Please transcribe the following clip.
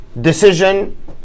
decision